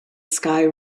sky